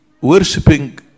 Worshipping